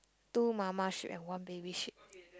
two Mama sheep and one baby sheep